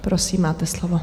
Prosím, máte slovo.